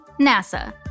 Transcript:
NASA